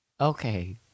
Okay